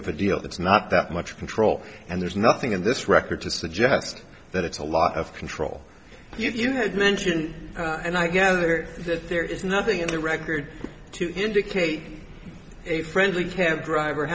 of a deal that's not that much control and there's nothing in this record to suggest that it's a lot of control yet you had mentioned and i gather that there is nothing in the record to indicate a friendly can't driver